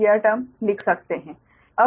यह टर्म लिख सकते हैं